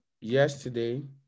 Yesterday